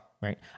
Right